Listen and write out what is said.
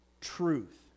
truth